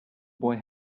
boy